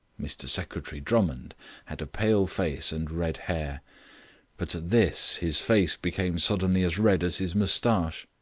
mr secretary drummond had a pale face and red hair but at this his face became suddenly as red as his moustache.